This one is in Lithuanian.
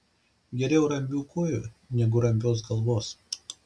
geriau rambių kojų negu rambios galvos